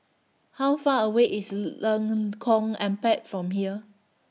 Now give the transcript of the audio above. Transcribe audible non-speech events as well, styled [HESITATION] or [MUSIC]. How Far away IS [HESITATION] Lengkong Empat from here